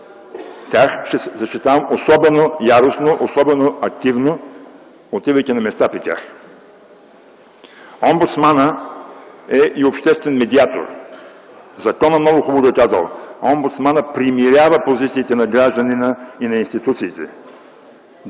Тях ще защитавам особено яростно, особено активно, отивайки на места при тях. Омбудсманът е и обществен медиатор. Законът много хубаво е казал: „Омбудсманът примирява позициите на гражданина и на институциите”.